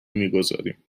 میگذاریم